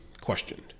questioned